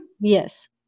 Yes